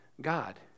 God